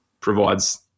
provides